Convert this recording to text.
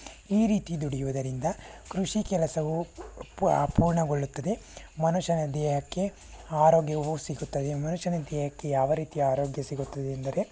ಈ ರೀತಿ ದುಡಿಯುವುದರಿಂದ ಕೃಷಿ ಕೆಲಸವೂ ಪೂರ್ಣಗೊಳ್ಳುತ್ತದೆ ಮನುಷ್ಯನ ದೇಹಕ್ಕೆ ಆರೋಗ್ಯವೂ ಸಿಗುತ್ತದೆ ಮನುಷ್ಯನ ದೇಹಕ್ಕೆ ಯಾವ ರೀತಿ ಆರೋಗ್ಯ ಸಿಗುತ್ತದೆ ಎಂದರೆ